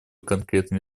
конкретный